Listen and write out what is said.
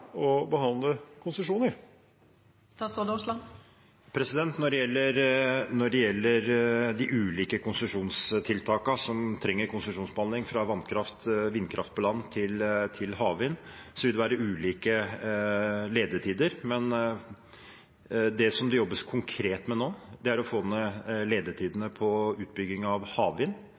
behandle konsesjoner? Når det gjelder de ulike konsesjonstiltakene som trenger konsesjonsbehandling, fra vannkraft, vindkraft på land til havvind, vil det være ulike ledetider. Men det som det jobbes konkret med nå, er å få ned ledetidene på utbygging av havvind.